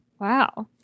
Wow